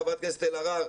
חברת הכנסת אלהרר,